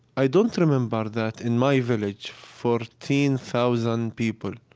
i don't remember that in my village, fourteen thousand people,